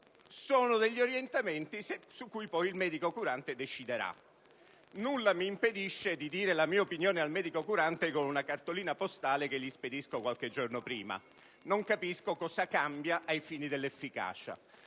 degli orientamenti su cui poi il medico curante deciderà. Nulla mi impedisce di dire la mia opinione al medico curante con una cartolina postale che gli spedisco qualche giorno prima, non capisco cosa cambi ai fini dell'efficacia.